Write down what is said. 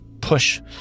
push